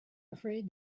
afraid